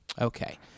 Okay